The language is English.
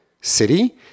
city